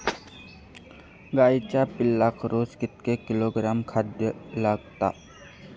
गाईच्या पिल्लाक रोज कितके किलोग्रॅम खाद्य लागता?